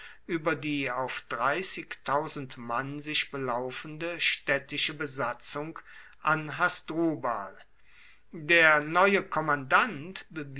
über die auf mann sich belaufende städtische besatzung an hasdrubal der neue kommandant